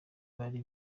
bari